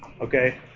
okay